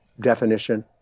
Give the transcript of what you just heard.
definition